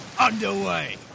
underway